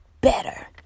better